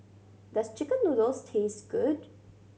does chicken noodles taste good